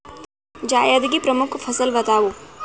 जायद की प्रमुख फसल बताओ